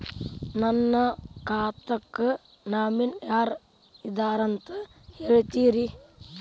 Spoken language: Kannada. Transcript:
ನನ್ನ ಖಾತಾಕ್ಕ ನಾಮಿನಿ ಯಾರ ಇದಾರಂತ ಹೇಳತಿರಿ?